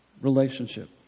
Relationship